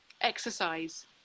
exercise